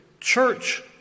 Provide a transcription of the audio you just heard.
church